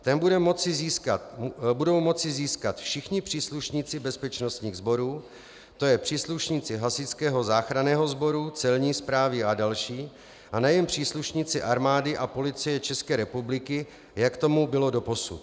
Ten budou moci získat všichni příslušníci bezpečnostních sborů, to je příslušníci Hasičského záchranného sboru, Celní správy a další, a nejen příslušníci Armády a Policie České republiky, jak tomu bylo doposud.